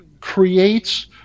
creates